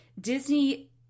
Disney